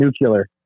nuclear